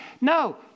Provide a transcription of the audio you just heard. No